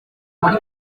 muri